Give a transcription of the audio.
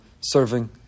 serving